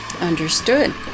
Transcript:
Understood